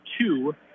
two